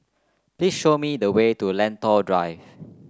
please show me the way to Lentor Drive